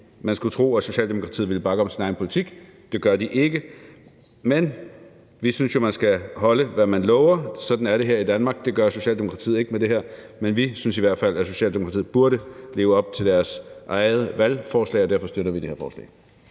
Man skulle tro, at Socialdemokratiet ville bakke op om sin egen politik; det gør de ikke. Men vi synes jo, man skal holde, hvad man lover. Sådan er det her i Danmark. Det gør Socialdemokratiet ikke med det her, men vi synes i hvert fald, at Socialdemokratiet burde leve op til deres eget valgforslag, og derfor støtter vi det her forslag.